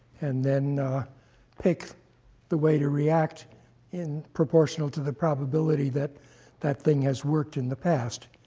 and then pick the way to react in proportional to the probability that that thing has worked in the past.